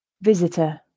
Visitor